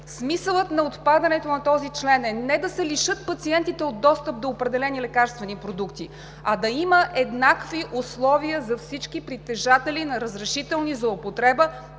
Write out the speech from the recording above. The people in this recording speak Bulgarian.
Смисълът на отпадането на този член е не да се лишат пациентите от достъп до определени лекарствени продукти, а да има еднакви условия за всички притежатели на разрешителни за употреба,